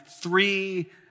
three